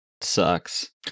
sucks